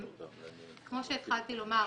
כמו שהתחלתי לומר,